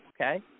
Okay